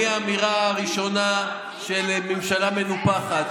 מהאמירה הראשונה של ממשלה מנופחת,